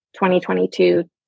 2022